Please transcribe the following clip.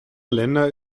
länder